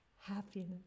happiness